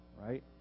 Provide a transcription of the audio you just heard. right